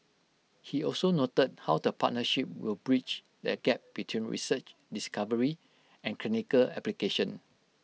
he also noted how the partnership will bridge the gap between research discovery and clinical application